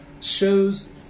shows